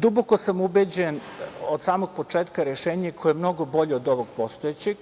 duboko sam ubeđen od samog početka, rešenje koje je mnogo bolje od ovog postojećeg.